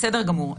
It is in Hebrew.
בסדר גמור.